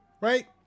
right